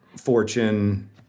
fortune